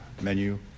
menu